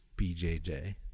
BJJ